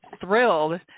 thrilled